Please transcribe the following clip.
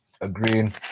Agreed